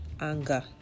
anger